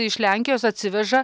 iš lenkijos atsiveža